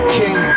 king